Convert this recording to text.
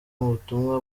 ubutumwa